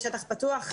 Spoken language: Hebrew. בשטח פתוח,